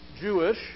Jewish